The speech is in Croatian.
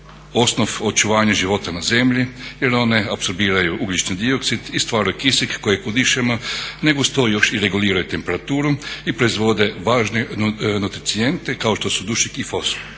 osnov očuvanja života na zemlji jer one apsorbiraju ugljični dioksid i stvaraju kisik kojeg udišemo nego uz to još i reguliraju temperaturu i proizvode važne nutricijente kao što su dušik i fosfor